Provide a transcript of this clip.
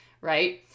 Right